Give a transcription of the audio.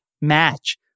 match